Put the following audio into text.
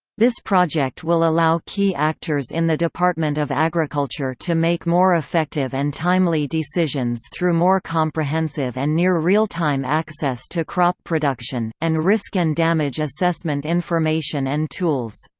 this project will allow key actors in the department of agriculture to make more effective and timely decisions through more comprehensive and near-real-time access to crop production, and risk and damage assessment information and tools.